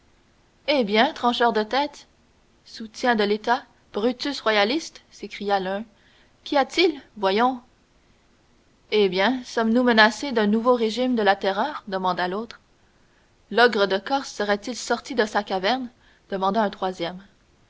eh bien trancheur de têtes soutien de l'état brutus royaliste s'écria l'un qu'y a-t-il voyons eh bien sommes-nous menacés d'un nouveau régime de la terreur demanda l'autre l'ogre de corse serait-il sorti de sa caverne demanda un troisième